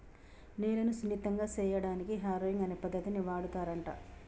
నేలను సున్నితంగా సేయడానికి హారొయింగ్ అనే పద్దతిని వాడుతారంట